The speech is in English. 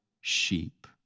sheep